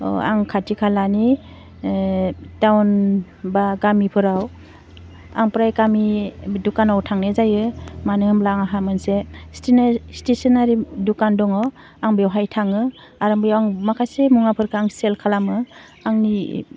माबा आं खाथि खालानि टाउन बा गामिफोराव ओमफ्राय गामि बि दुखानाव थांनाय जायो मानो होमब्ला आंहा मोनसे स्टेसनारि दुखान दङ आं बेवहाय थाङो आरो बेयाव आं माखासे मुवाफोरखो आं सेल खालामो आंनि